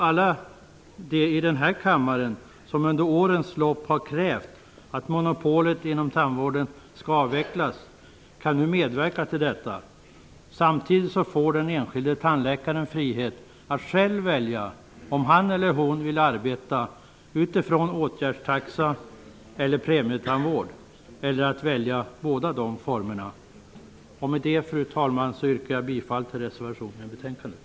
Alla som under årens lopp i denna kammare har krävt att monopolet inom tandvården skall avvecklas kan nu medverka till detta. Samtidigt får den enskilde tandläkaren frihet att själv välja om han eller hon vill arbeta utifrån åtgärdstaxa, premietandvård eller med båda formerna. Fru talman! Jag yrkar bifall till reservationen i betänkandet.